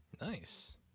Nice